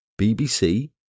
BBC